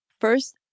first